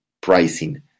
pricing